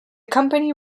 company